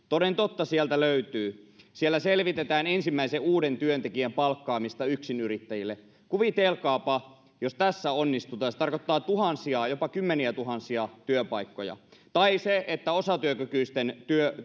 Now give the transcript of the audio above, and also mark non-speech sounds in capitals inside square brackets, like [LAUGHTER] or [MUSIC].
[UNINTELLIGIBLE] toden totta sieltä löytyy siellä selvitetään ensimmäisen uuden työntekijän palkkaamista yksinyrittäjille kuvitelkaapa jos tässä onnistutaan se tarkoittaa tuhansia jopa kymmeniätuhansia työpaikkoja tai se että osatyökykyisten